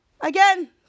Again